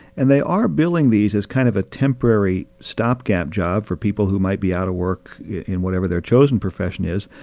and they are billing these as kind of a temporary stopgap job for people who might be out of work in whatever their chosen profession is.